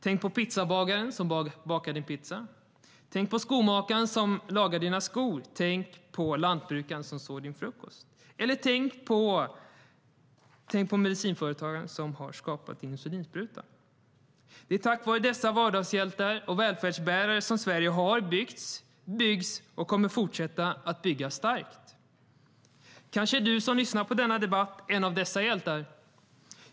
Tänk på pizzabagaren som bakar din pizza, skomakaren som lagar dina skor, lantbrukaren som sår din frukost eller medicinföretagaren som skapat din insulinspruta. Det är tack vare dessa vardagshjältar och välfärdsbärare som Sverige har byggts, byggs och kommer att fortsätta att byggas starkt. Kanske är du som lyssnar på denna debatt en av dessa hjältar.